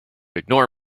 ignore